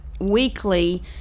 weekly